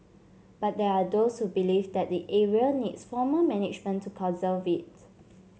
but there are those who believe that the area needs formal management to conserve it